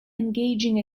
engaging